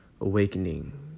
awakening